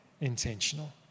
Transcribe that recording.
intentional